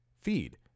feed